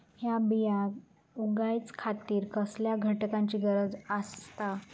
हया बियांक उगौच्या खातिर कसल्या घटकांची गरज आसता?